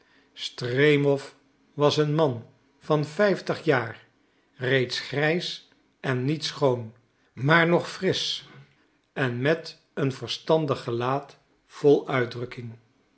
stremow was een man van vijftig jaar reeds grijs en niet schoon maar nog frisch en met een verstandig gelaat vol uitdrukking